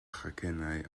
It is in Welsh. chacennau